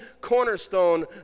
cornerstone